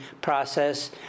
process